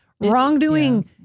Wrongdoing